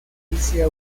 inicia